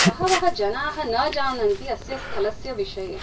बहव जनाः न जानन्ति अस्य स्थलस्य विषये